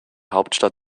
hauptstadt